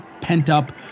pent-up